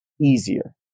easier